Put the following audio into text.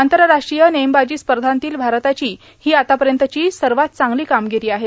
आंतरराष्ट्रीय नेमबाजी स्पर्धांतील भारताची ही आतापर्यंतची सर्वात चांगली कामगिरी आहे